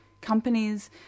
companies